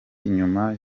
nyuma